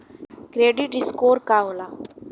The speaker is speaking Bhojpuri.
क्रेडीट स्कोर का होला?